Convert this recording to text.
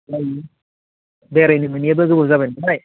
जायो बेरायनो मोनैयाबो गोबाव जाबाय नालाय